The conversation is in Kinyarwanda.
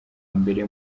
mbere